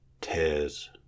tears